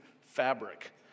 fabric